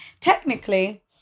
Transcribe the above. Technically